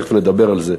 ותכף נדבר על זה,